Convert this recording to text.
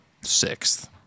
sixth